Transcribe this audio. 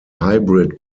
hybrid